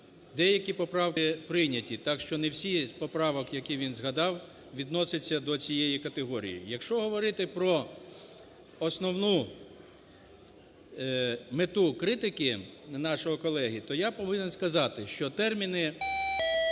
деякі поправки були прийняті, так, що не всі з поправок, які він згадав, відносяться до цієї категорії. Якщо говорити про основу мету критики нашого колеги, то я повинен сказати, що терміни